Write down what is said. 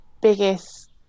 biggest